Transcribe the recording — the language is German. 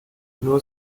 nur